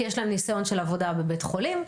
כי יש להם ניסיון של עבודה בבית חולים,